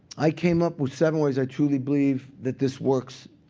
i came up with several ways i truly believe that this works.